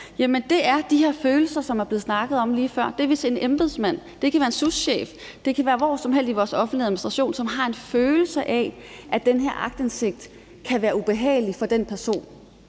Det er de her følelser, som der blev snakket om lige før. Det kan være en embedsmand, det kan være en souschef, eller det kan være en person et hvilket som helst sted i den offentlige administration, som har en følelse af, at den her aktindsigt kan være ubehagelig for vedkommende.